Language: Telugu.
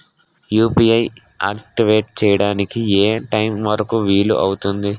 యు.పి.ఐ ఆక్టివేట్ చెయ్యడానికి ఏ టైమ్ వరుకు వీలు అవుతుంది?